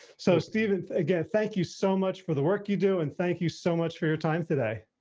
so stephen, again, thank you so much for the work you do. and thank you so much for your time today.